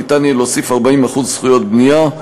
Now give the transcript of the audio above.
ניתן יהיה להוסיף 40% זכויות בנייה,